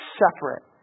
separate